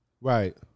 Right